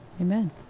Amen